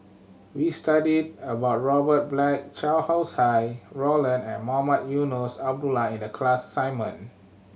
we studied about Robert Black Chow Roland and Mohamed Eunos Abdullah in the class assignment